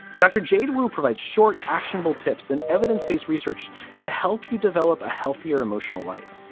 dr. jda will provide short, actionable tips and evidence based research to help you develop a healthier emotional life.